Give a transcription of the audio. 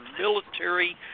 military